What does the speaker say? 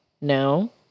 No